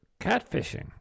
catfishing